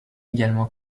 également